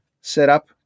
setup